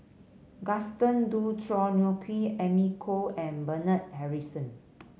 Gaston Dutronquoy Amy Khor and Bernard Harrison